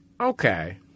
Okay